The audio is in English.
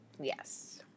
Yes